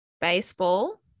baseball